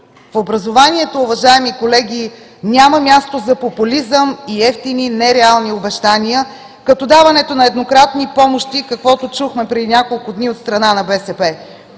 В образованието, уважаеми колеги, няма място за популизъм и евтини нереални обещания, като даването на еднократни помощи, каквото чухме преди няколко дни от страна на БСП.